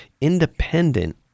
independent